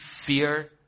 fear